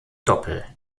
doppel